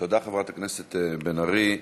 תודה, חברת הכנסת בן ארי.